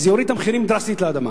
זה יוריד את המחירים דרסטית, לאדמה.